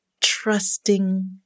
trusting